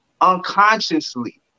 unconsciously